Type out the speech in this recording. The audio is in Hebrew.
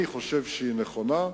אני חושב שהיא נכונה.